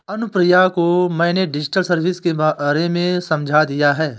अनुप्रिया को मैंने digital service के बारे में समझा दिया है